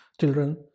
children